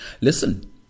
listen